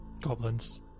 Goblins